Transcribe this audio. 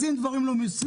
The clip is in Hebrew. אז אם דברים לא מיושמים,